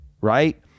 right